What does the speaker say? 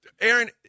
Aaron